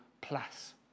plus